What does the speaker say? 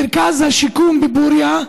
מרכז השיקום בפוריה,